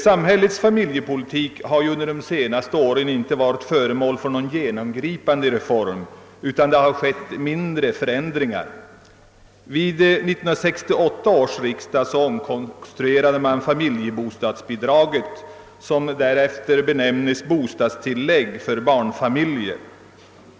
Samhällets familjepolitik har under de senaste åren inte inneburit någon genomgripande reform utan endast mindre förändringar. Vid 1968 års riksdag omkonstruerades familjebostadsbi dragen som därefter benämns bostadstillägg till barnfamiljer.